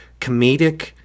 comedic